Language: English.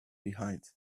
behind